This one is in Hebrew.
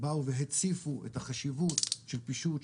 באו והציפו את החשיבות של פישוט,